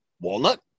Walnut